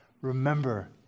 Remember